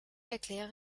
erkläre